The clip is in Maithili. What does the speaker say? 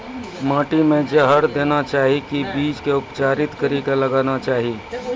माटी मे जहर देना चाहिए की बीज के उपचारित कड़ी के लगाना चाहिए?